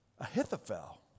Ahithophel